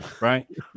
right